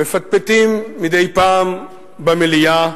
מפטפטים מדי פעם במליאה,